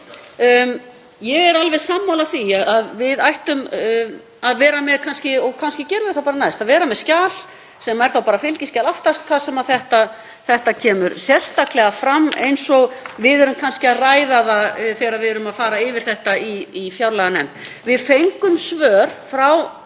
Ég er alveg sammála því að við ættum, og kannski gerum við það bara næst, að vera með skjal sem er þá bara fylgiskjal aftast þar sem þetta kemur sérstaklega fram eins og við erum kannski að ræða það þegar við erum að fara yfir það í fjárlaganefnd. Við fengum svör frá